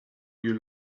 you